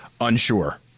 unsure